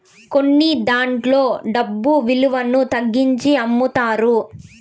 కొన్నదాంట్లో డబ్బు విలువను తగ్గించి అమ్ముతారు